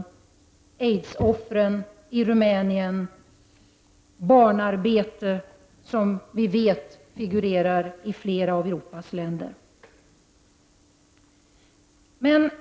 Här finns aidsoffren i Rumänien och barnarbete som vi vet figurerar i flera europeiska länder.